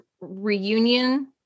reunion